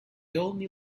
only